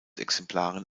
exemplaren